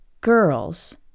girls